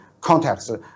context